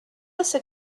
also